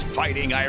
fighting